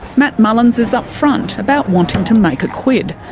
matt mullins is upfront about wanting to make a quid.